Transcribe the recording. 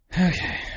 Okay